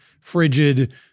frigid